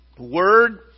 Word